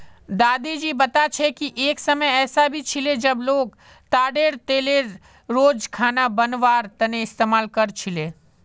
दादी जी बता छे कि एक समय ऐसा भी छिले जब लोग ताडेर तेलेर रोज खाना बनवार तने इस्तमाल कर छीले